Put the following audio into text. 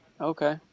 Okay